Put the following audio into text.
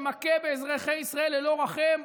שמכה באזרחי ישראל ללא רחם,